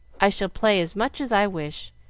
i shall play as much as i wish,